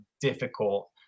difficult